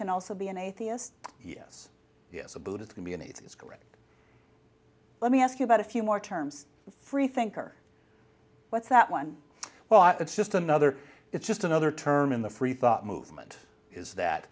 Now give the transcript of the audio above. can also be an atheist yes yes a buddhist community is correct let me ask you about a few more terms freethinker what's that one well it's just another it's just another term in the freethought movement is that